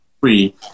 free